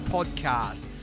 Podcast